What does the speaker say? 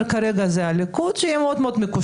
אבל כרגע זה הליכוד ואותו חבר מרכז ליכוד מאוד מאוד מקושר,